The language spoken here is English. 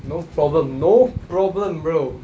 no problem no problem bro